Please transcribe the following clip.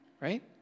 right